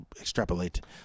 extrapolate